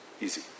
easy